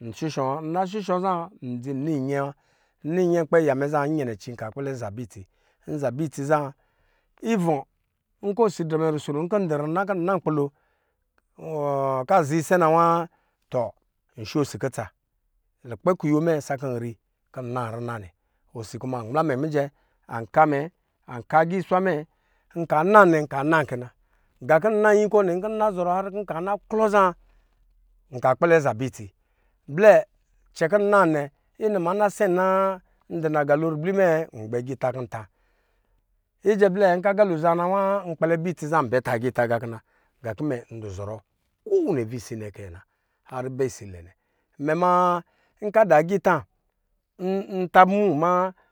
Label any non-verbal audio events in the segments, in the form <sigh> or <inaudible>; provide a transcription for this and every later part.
Nshushɔ wa nushushɔ za n dzi nan nkpi aya mɛ a inyɛnɛ cɛ nka kpɛlɛ za bɛ itsi, nza bɛ itsi za ivɔ kɔ osi drɛm ruso no hkɔ ndɔ runa nkpilo <hesitation> nkɔ azaa isɛ nawa tɔ nsho osi kutsa lukpɛ kuyo mɛ sakɔ nri kɔ nna rina nɛ osi kuma amla mɛ mijɛ anka mɛ, anka agi swa mɛ nka nannɛ nka nan kɛ na gan kɔ nnan yikɔ nɛ nkɔ nna zɔrɔ kɔ nklɔ zaa nka kpɛlɛ za bɛ itsi blɛ kɛnkɔ nnanɛ inuwa na sɛn naa nkɔ ndɔ nagalo ribli mɛ ngbɛ agita kɔ nt ijɛ blɛ nkɔ agalo aza na wa nkpɛlɛ bɛ itsi nbɛ ta agita gakina nga kɔ mɛ dɔ zɔrɔ kowuni avisi mɛ kɛ nɛ nɛ na har bɛ isa ilɛ nɛ mɛ ma nkɔ adɔ agita <hesitation> mɛ nla bɔ mu ama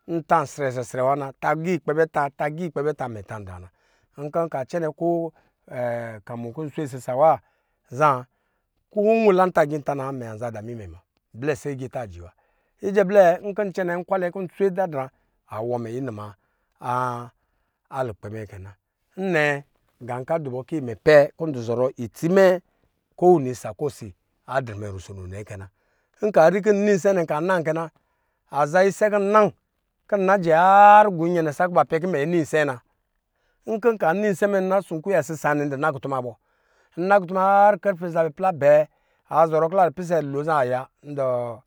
ntan srɛ srɛ srɛ wa na nta gi kp ɛ bɛ ta, ta gi kpɛ bɛ ta mɛ tan da wana nkɔ nka cɛnɛ ko <hesitation> ka mo isisa wa za ko nwalo kɔ nkp ɛ tan agita nawa a dame imɛ muna blɛ se agita aji wa, ijɛ blɛ nkɔ ncɛ nɛ nkwalɛ kɔ nswe da drɛ a wɔ mɛ inuwa alukpɛ mɛ kɛ na nnɛ gan kɔ adubɔ kɔ inɛ dɔ zɔrɔ pɛn itsi mɛ kowini isa kɔ osi adrɛ mɛ rusono nɛ kɛ na nka rikɔ nna isɛ nɛ nka nan kɛna, zaa isɛ kɔ nna har gɔ iyɛnɛ sa kɔ ban pɛ kɔ mɛ nan isa na, nkɔ nka nan isɛ mɛ nka na sunkuya sisa nɛ ndu na kutu ma bɔ, nna kutu ma har karfe zabɛ plɔ abɛ azɔrɔ kɔ la dɔ pisɛ lo zaa aya tɔ.